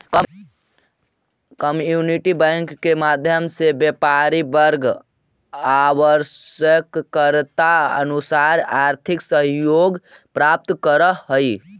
community bank के माध्यम से व्यापारी वर्ग आवश्यकतानुसार आर्थिक सहयोग प्राप्त करऽ हइ